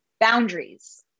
Boundaries